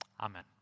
Amen